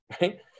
Right